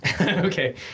Okay